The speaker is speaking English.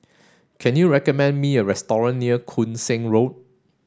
can you recommend me a near Koon Seng Road